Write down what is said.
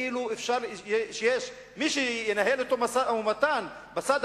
כאילו שיש מי שינהל אתו משא-ומתן בצד